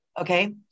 Okay